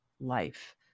life